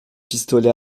pistolet